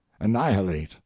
annihilate